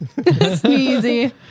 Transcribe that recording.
Sneezy